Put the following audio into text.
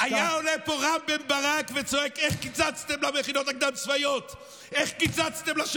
היה עולה פה רם בן ברק וצועק: איך קיצצתם למכינות הקדם-צבאיות?